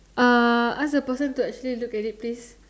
uh ask the person to actually look at it please